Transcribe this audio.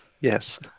Yes